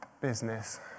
business